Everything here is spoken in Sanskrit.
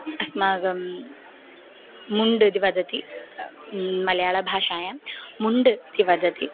अस्माकं मुण्ड् इति वदति मलयाळभाषायां मुण्ड् इति वदति